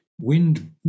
wind